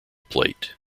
plate